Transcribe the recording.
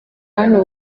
hano